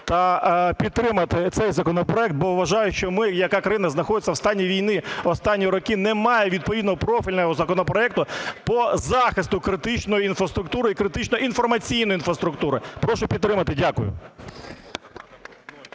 та підтримати цей законопроект, бо вважаю, що ми, країна, яка знаходиться в стані війни останні роки, не має відповідного профільного законопроекту по захисту критичної інфраструктури і критичної інформаційної інфраструктури. Прошу підтримати. Дякую.